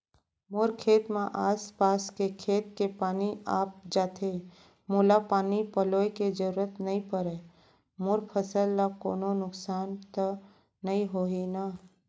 मोर खेत म आसपास के खेत के पानी आप जाथे, मोला पानी पलोय के जरूरत नई परे, मोर फसल ल कोनो नुकसान त नई होही न?